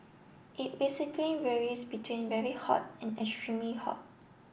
it basically varies between very hot and extremely hot